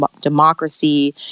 democracy